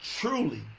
truly